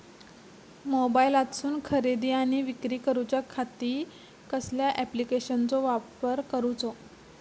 मोबाईलातसून खरेदी आणि विक्री करूच्या खाती कसल्या ॲप्लिकेशनाचो वापर करूचो?